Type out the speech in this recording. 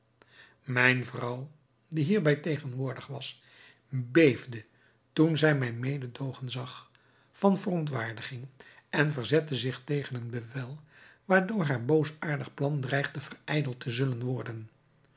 mijne vrouw die hierbij tegenwoordig was beefde toen zij mijn mededoogen zag van verontwaardiging en verzette zich tegen een bevel waardoor haar boosaardig plan dreigde verijdeld te zullen worden